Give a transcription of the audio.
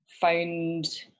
found